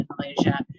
Malaysia